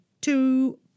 two